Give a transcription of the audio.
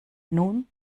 nun